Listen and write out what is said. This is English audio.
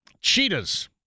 Cheetahs